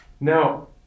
Now